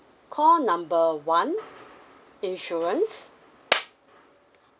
call number one insurance